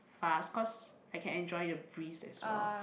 fast cause I can enjoy the breeze as well